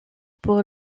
pour